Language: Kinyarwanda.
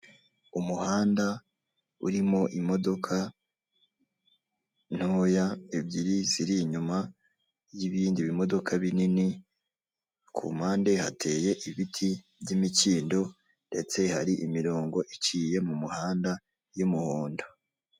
Umuhanda urimo imodoka ntoya ebyiri ziri inyuma y'ibindi bimodoka binini ku mpande hateye ibiti by'imikindo ndetse hari imirongo iciye mu muhanda y'umuhondo.